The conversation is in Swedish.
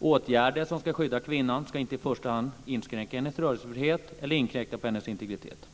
Åtgärder som ska skydda kvinnan ska inte i första hand inskränka hennes rörelsefrihet eller inkräkta på hennes integritet.